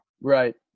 Right